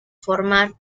formar